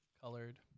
colored